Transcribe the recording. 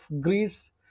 Greece